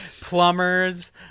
plumbers